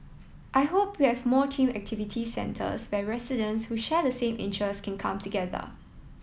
I hope we have more themed activity centres where residents who share the same interests can come together